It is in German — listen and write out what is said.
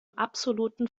absoluten